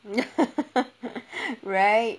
right